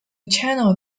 channel